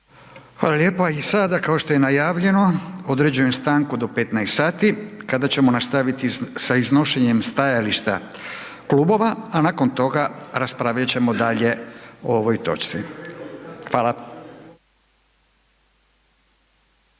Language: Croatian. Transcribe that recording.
Hvala lijepa. I sada kao što je najavljeno, određujem stanku do 15 sati, kada ćemo nastaviti sa iznošenjem stajališta klubova, a nakon toga raspravljat ćemo dalje o ovoj točci. Hvala.